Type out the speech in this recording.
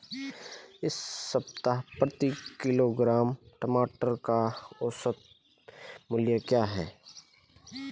इस सप्ताह प्रति किलोग्राम टमाटर का औसत मूल्य क्या है?